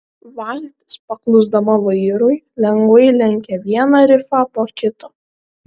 valtis paklusdama vairui lengvai lenkė vieną rifą po kito